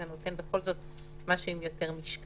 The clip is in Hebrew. זה בכל זאת נותן משהו עם יותר משקל.